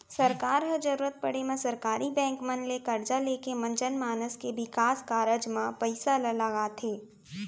सरकार ह जरुरत पड़े म सरकारी बेंक मन ले करजा लेके जनमानस के बिकास कारज म पइसा ल लगाथे